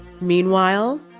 Meanwhile